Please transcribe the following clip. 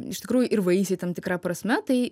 iš tikrųjų ir vaisiai tam tikra prasme tai